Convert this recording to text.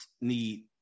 need